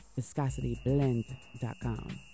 ViscosityBlend.com